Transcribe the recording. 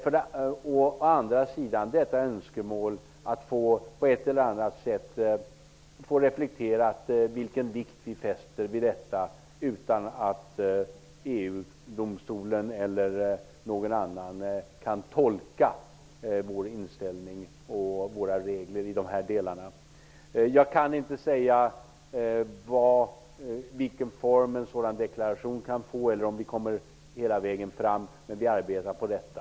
Å andra sidan har vi önskemålet att på ett eller annat sätt få reflekterat vilken vikt vi fäster vid detta, utan att EU domstolen eller någon annan kan tolka vår inställning och våra regler i dessa delar. Jag kan inte säga vilken form en sådan deklaration kan få eller om vi når hela vägen fram, men vi arbetar på detta.